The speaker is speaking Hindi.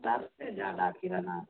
सबसे ज़्यादा किराना